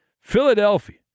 Philadelphia